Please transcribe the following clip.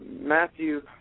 Matthew